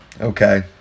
Okay